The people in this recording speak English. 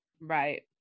Right